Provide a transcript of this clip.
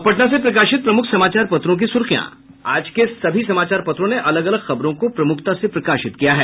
अब पटना से प्रकाशित प्रमुख समाचार पत्रों की सुर्खियां आज के सभी समाचार पत्रों ने अलग अलग खबरों को प्रमुखता से प्रकाशित किया है